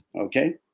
Okay